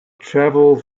travelled